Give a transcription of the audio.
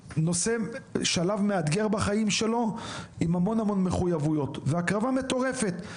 שלב מאתגר בחיים שלו עם המון מחויבויות והקרבה מטורפת,